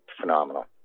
phenomenal